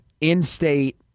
in-state